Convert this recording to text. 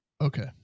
Okay